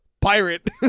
Pirate